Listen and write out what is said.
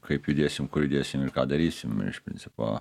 kaip judėsim kur judėsim ir ką darysim iš principo